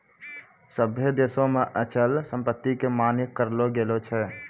सभ्भे देशो मे अचल संपत्ति के मान्य करलो गेलो छै